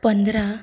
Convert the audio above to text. पंदरा